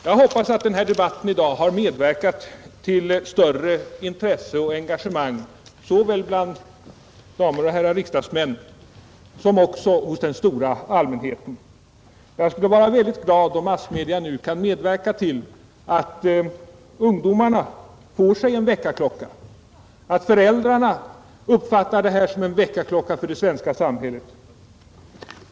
Jag hoppas att debatten i dag har medverkat till ett större intresse och engagemang såväl bland damer och herrar riksdagsledamöter som bland den stora allmänheten. Jag skulle vare synnerligen glad om massmedia nu kan referera debatten som en väckarklocka för ungdomarna, för föräldrarna och för hela det svenska samhället.